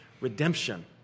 redemption